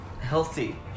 Healthy